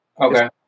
Okay